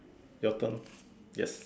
your turn yes